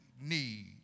need